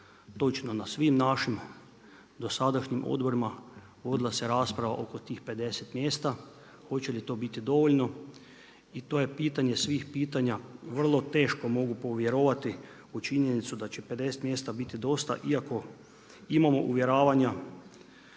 Točno na svim našim dosadašnjim odborima, vodila se rasprava oko tih 50 mjesta, hoće li to biti dovoljno i to je pitanje svih pitanja, vrlo teško mogu povjerovati u činjenicu da će 50 biti dosta iako imamo uvjeravanja